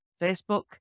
facebook